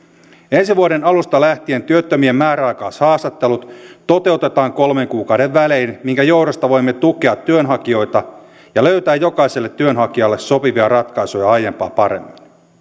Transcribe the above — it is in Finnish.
ensi vuoden alusta lähtien työttömien määräaikaishaastattelut toteutetaan kolmen kuukauden välein minkä johdosta voimme tukea työnhakijoita ja löytää jokaiselle työnhakijalle sopivia ratkaisuja aiempaa paremmin